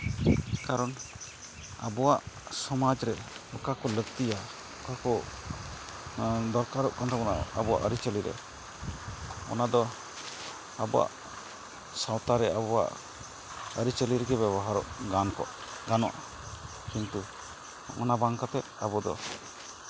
ᱠᱟᱨᱚᱱ ᱟᱵᱚᱣᱟᱜ ᱥᱚᱢᱟᱡᱽ ᱨᱮ ᱚᱠᱟᱠᱚ ᱞᱟᱹᱠᱛᱤᱭᱟ ᱚᱠᱟᱠᱚ ᱫᱚᱨᱠᱟᱨᱚᱜ ᱠᱟᱱ ᱛᱟᱵᱳᱱᱟ ᱟᱵᱳᱣᱟᱜ ᱟᱹᱨᱤᱪᱟᱹᱞᱤᱨᱮ ᱚᱱᱟᱫᱚ ᱟᱵᱚᱣᱟᱜ ᱥᱟᱶᱛᱟ ᱨᱮ ᱟᱵᱚᱣᱟᱜ ᱟᱹᱨᱤᱪᱟᱹᱞᱤ ᱨᱮᱜᱮ ᱵᱮᱵᱚᱦᱟᱨᱚᱜ ᱜᱟᱱ ᱠᱚᱜ ᱜᱟᱱᱚᱜᱼᱟ ᱠᱤᱱᱛᱩ ᱚᱱᱟ ᱵᱟᱝ ᱠᱟᱛᱮᱫ ᱟᱵᱚ ᱫᱚ